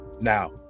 Now